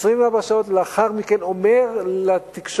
24 שעות לאחר מכן אומר לתקשורת,